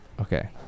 Okay